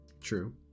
True